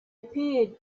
appeared